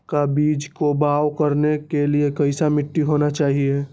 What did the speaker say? का बीज को भाव करने के लिए कैसा मिट्टी होना चाहिए?